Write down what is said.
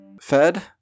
fed